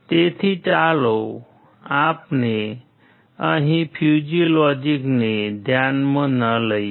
તેથી ચાલો આપણે અહીં ફ્યૂજી લોજીકને ધ્યાનમાં ન લઈએ